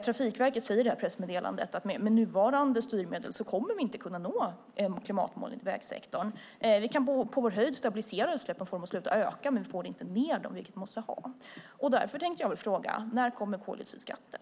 Trafikverket säger i pressmeddelandet att med nuvarande styrmedel kommer vi inte att kunna nå klimatmålet för vägsektorn. Vi kan på sin höjd stabilisera utsläppen och få dem att sluta öka. Men vi får inte ned dem, vilket vi måste få. Jag tänker därför fråga: När kommer koldioxidskatten?